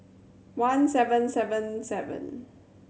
one seven seven seven